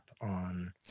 on